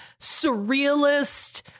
surrealist